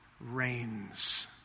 reigns